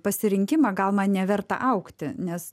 pasirinkimą gal man neverta augti nes